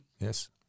Yes